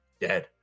dead